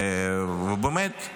באמת,